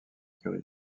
curie